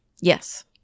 Yes